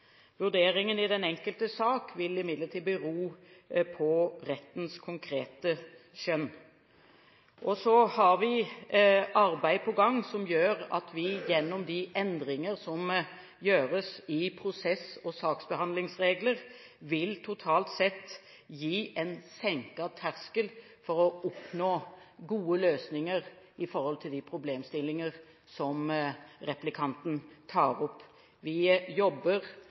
Vurderingen i den enkelte sak vil imidlertid bero på rettens konkrete skjønn. Vi har arbeid på gang der vi gjennom endringer i prosess og saksbehandlingsregler totalt sett vil gi en senket terskel for å oppnå gode løsninger når det gjelder de problemstillinger som replikanten tar opp. Vi jobber